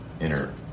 inner